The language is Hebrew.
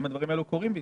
האם הדברים האלה קורים?